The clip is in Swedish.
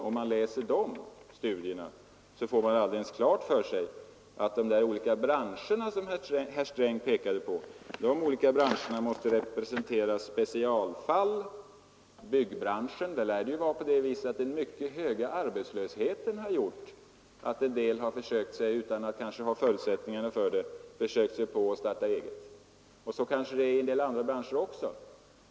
Om man läser dessa studier får man alldeles klart för sig att de olika branscher som herr Sträng pekade på måste representera specialfall. I byggbranschen lär det vara så att den mycket höga arbetslösheten har gjort att en del — kanske utan att ha de rätta förutsättningarna för det — har försökt sig på att starta eget. Så kanske det är i en del andra branscher också.